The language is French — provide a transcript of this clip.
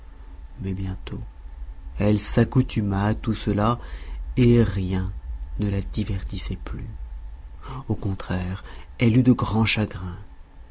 mais bientôt elle s'accoutuma à tout cela et rien ne la divertissait plus au contraire elle eut de grands chagrins